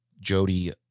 Jody